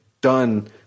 done